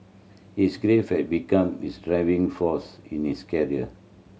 his grief had become his driving force in his career